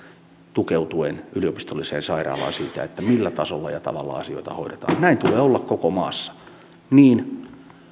tukeutuen yliopistolliseen sairaalaan siitä millä tasolla ja tavalla asioita hoidetaan näin tulee olla koko maassa niin